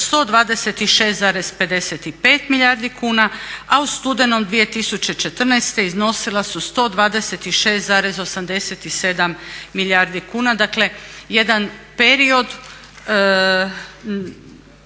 126,55 milijardi kuna a u studenom 2014. iznosila su 126,87 milijardi kuna. Dakle jedan period